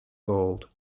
gold